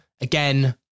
Again